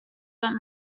but